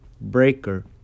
Breaker